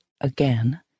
again